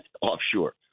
offshore